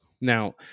Now